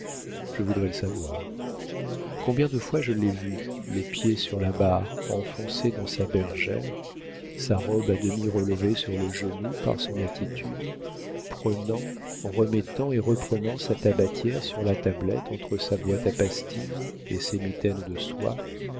je voudrais le savoir combien de fois je l'ai vue le pied sur la barre enfoncée dans sa bergère sa robe à demi relevée sur le genou par son attitude prenant remettant et reprenant sa tabatière sur la tablette entre sa boîte à pastilles et ses mitaines de soie